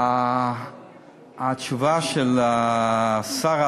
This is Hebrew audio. התשובה של השרה,